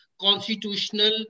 constitutional